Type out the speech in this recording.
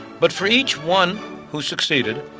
but for each one who succeeded,